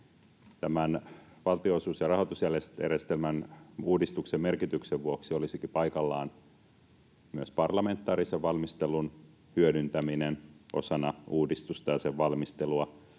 Tämän valtionosuus- ja rahoitusjärjestelmän uudistuksen merkityksen vuoksi olisikin paikallaan myös parlamentaarisen valmistelun hyödyntäminen osana uudistusta ja sen valmistelua.